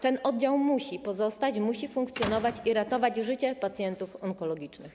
Ten oddział musi pozostać, musi funkcjonować i ratować życie pacjentów onkologicznych.